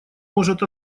может